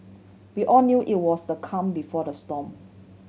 we all knew it was the calm before the storm